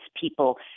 people